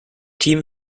team